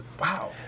Wow